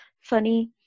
funny